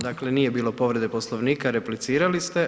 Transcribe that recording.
Dakle nije bilo povrede Poslovnika, replicirali ste.